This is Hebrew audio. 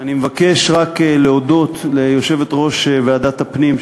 אני מבקש רק להודות ליושבת-ראש ועדת הפנים,